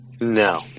No